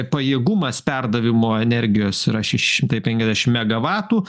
pajėgumas perdavimo energijos yra šeši šimtai penkiasdešim megavatų